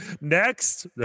Next